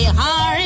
hard